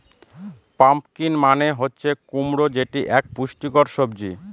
pumpkin মানে হচ্ছে কুমড়ো যেটি এক পুষ্টিকর সবজি